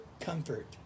comfort